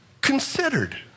considered